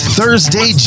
Thursday